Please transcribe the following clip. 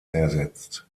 ersetzt